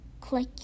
click